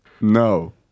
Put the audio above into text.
No